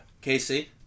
Casey